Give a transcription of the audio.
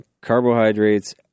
carbohydrates